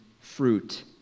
fruit